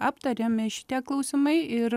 aptariami šitie klausimai ir